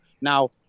Now